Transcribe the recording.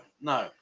no